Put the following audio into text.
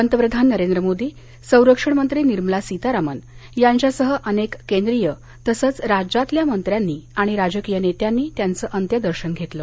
पंतप्रधान नरेंद्र मोदी संरक्षण मंत्री निर्मला सीतारामन यांच्यासह अनेक केंद्रीय तसंच राज्यातल्या मंत्र्यांनी आणि राजकीय नेत्यांनी त्यांच अंत्यदर्शन घेतलं